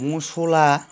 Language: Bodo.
मस्ला